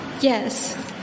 Yes